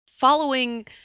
Following